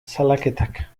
salaketak